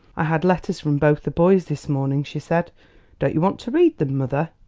i had letters from both the boys this morning, she said don't you want to read them, mother?